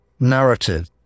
narrative